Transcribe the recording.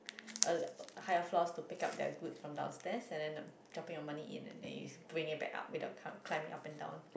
uh higher floor to pick up their goods from downstairs and then dropping your money in and then bring them up without climbing up and down